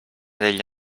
degli